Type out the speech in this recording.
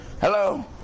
Hello